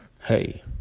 Hey